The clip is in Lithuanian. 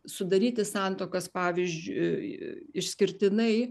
sudaryti santuokas pavyzdžiui išskirtinai